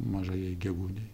mažajai gegunei